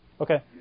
Okay